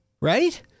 right